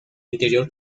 interior